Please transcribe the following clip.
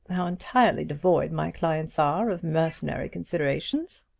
how entirely devoid my clients are of mercenary considerations,